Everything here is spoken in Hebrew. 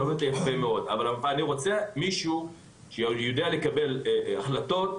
אני רוצה מישהו שיודע לקבל החלטות,